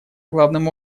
главным